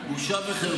בטח.